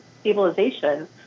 stabilization